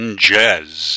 jazz